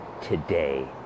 today